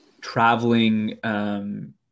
traveling